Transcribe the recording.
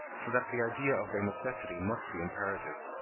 so that the idea of their necessity must be imperative.